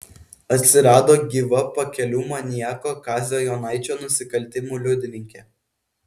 atsirado gyva pakelių maniako kazio jonaičio nusikaltimų liudininkė